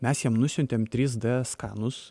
mes jiem nusiuntėm trys d skanus